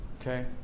okay